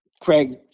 Craig